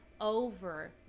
over